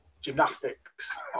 gymnastics